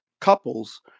couples